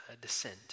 descent